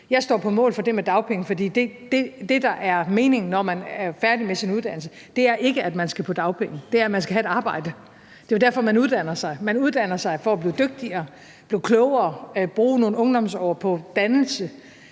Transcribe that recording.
Jeg står på mål for det med dagpenge, for det, der er meningen, når man er færdig med sin uddannelse, er ikke, at man skal på dagpenge. Det er, at man skal have et arbejde. Det er jo derfor, man uddanner sig. Man uddanner sig for at blive dygtigere, blive klogere, bruge nogle ungdomsår på dannelse,